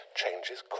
changes